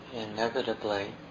Inevitably